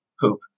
poop